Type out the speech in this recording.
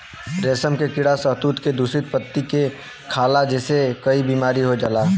रेशम के कीड़ा शहतूत के दूषित पत्ती के खाला जेसे कई बीमारी हो जाला